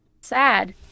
Sad